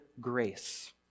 grace